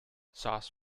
sauce